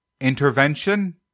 intervention